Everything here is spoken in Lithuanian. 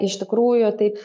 ar iš tikrųjų taip